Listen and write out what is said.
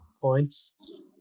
points